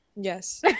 Yes